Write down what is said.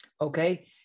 okay